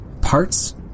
Parts